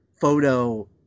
photo